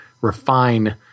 refine